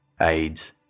AIDS